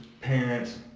parents